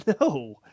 No